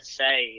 say